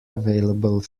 available